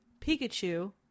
Pikachu